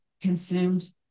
consumed